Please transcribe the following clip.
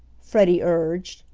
freddie urged,